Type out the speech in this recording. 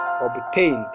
obtained